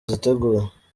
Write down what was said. ziteguye